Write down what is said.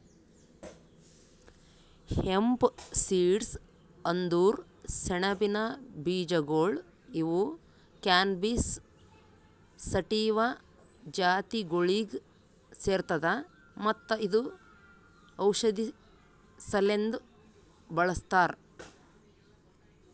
hemp seeds ಅಂದುರ್ ಸೆಣಬಿನ ಬೀಜಗೊಳ್ ಇವು ಕ್ಯಾನಬಿಸ್ ಸಟಿವಾ ಜಾತಿಗೊಳಿಗ್ ಸೇರ್ತದ ಮತ್ತ ಇದು ಔಷಧಿ ಸಲೆಂದ್ ಬಳ್ಸತಾರ್